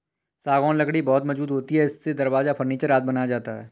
सागौन लकड़ी बहुत मजबूत होती है इससे दरवाजा, फर्नीचर आदि बनाया जाता है